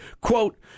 Quote